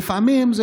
לפעמים,